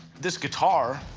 this guitar,